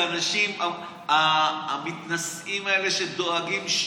האנשים המתנשאים האלה שדואגים,